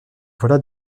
voilà